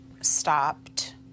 stopped